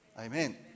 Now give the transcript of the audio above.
Amen